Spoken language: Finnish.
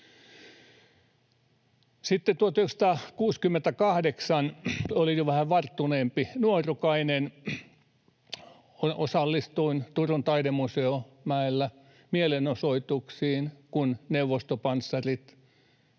1968 olin jo vähän varttuneempi nuorukainen. Osallistuin Turun taidemuseon mäellä mielenosoituksiin, kun neuvostopanssarit